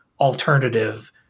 alternative